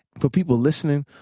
for people listening,